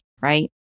right